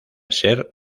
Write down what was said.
ser